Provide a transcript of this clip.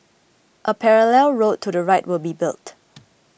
a parallel road to the right will be built